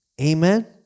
Amen